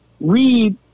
read